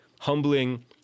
humbling